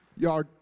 Y'all